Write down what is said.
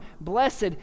blessed